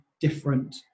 different